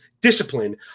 discipline